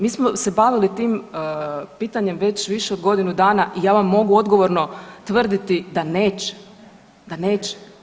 Mi smo se bavili tim pitanjem već više od godinu dana i ja vam mogu odgovorno tvrditi da neće, da neće.